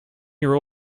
year